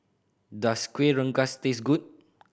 does Kuih Rengas taste good